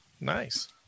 Nice